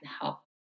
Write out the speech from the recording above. help